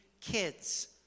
kids